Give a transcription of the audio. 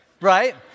Right